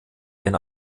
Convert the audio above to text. den